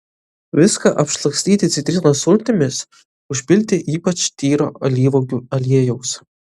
viską apšlakstyti citrinos sultimis užpilti ypač tyro alyvuogių aliejaus